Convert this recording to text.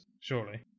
surely